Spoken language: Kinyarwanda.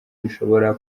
rishobora